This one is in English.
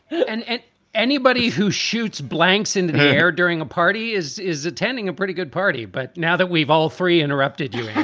and and anybody who shoots blanks into the air during a party is is attending a pretty good party. but now that we've all three interrupted you,